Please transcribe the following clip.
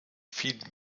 vielen